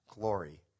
glory